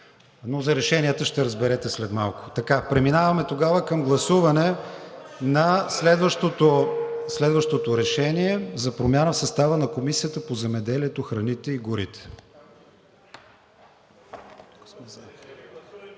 За решенията ще разберете след малко. Преминаваме към гласуване на следващото решение – за промяна в състава на Комисията по земеделието, храните и горите.